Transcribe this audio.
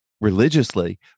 religiously